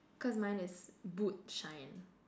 cause mine is boot shine